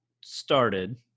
started